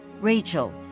Rachel